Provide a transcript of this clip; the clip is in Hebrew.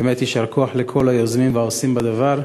באמת יישר כוח לכל היוזמים והעושים בדבר.